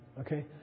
okay